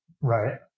Right